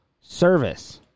service